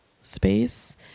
space